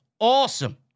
awesome